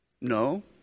No